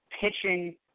pitching